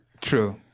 True